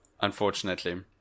Unfortunately